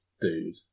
dude